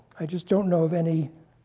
i just don't know of any